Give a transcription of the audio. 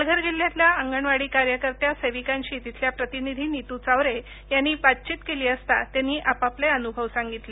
पालघर जिल्ह्यातल्या अंगणवाडी कार्यकर्त्यां सेविकांशी तिथल्या प्रतिनिधी नीतू चावरे यांनी बातचीत केली असता त्यांनी आपापले अनुभव सांगितले